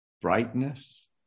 brightness